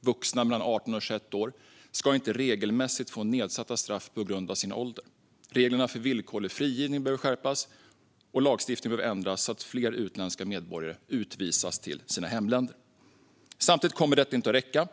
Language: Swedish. Vuxna mellan 18 och 21 år ska inte regelmässigt få nedsatta straff på grund av sin ålder. Reglerna för villkorlig frigivning behöver skärpas, och lagstiftningen behöver ändras så att fler utländska medborgare utvisas till sina hemländer. Detta kommer dock inte att räcka.